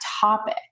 topic